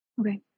Okay